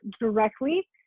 directly